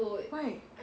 why